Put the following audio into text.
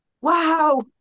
wow